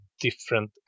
different